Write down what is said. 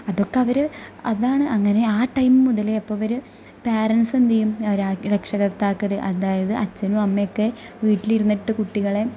അതൊക്കെ അവർ അതാണ് അങ്ങനെ ആ ടൈം മുതലേ അപ്പം അവർ പേരന്റ്സ് എന്ത് ചെയ്യും രാ രക്ഷാകർത്താക്കൾ അതായത് അച്ഛനും അമ്മയൊക്കെ വീട്ടിലിരുന്നിട്ട് കുട്ടികളെ